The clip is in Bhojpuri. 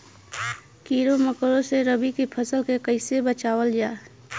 कीड़ों मकोड़ों से रबी की फसल के कइसे बचावल जा?